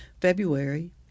February